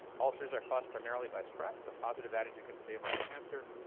ulcers are caused primarily by stress. a positive attitude can stave off cancer.